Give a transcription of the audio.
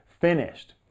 finished